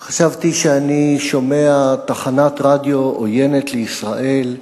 הייתי חושב שאני שומע תחנת רדיו עוינת לישראל,